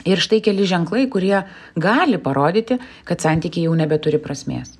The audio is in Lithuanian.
ir štai keli ženklai kurie gali parodyti kad santykiai jau nebeturi prasmės